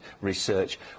research